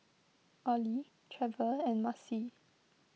Ollie Trever and Marcy